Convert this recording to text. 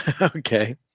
Okay